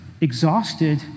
exhausted